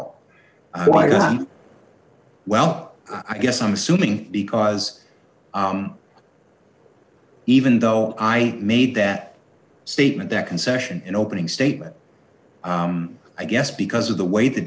all well i guess i'm assuming because even though i made that statement that concession in opening statement i guess because of the way the